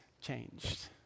changed